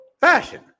fashion